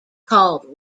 called